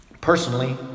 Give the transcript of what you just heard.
personally